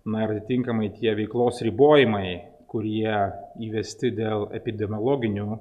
na ir atitinkamai tie veiklos ribojimai kurie įvesti dėl epidemiologinių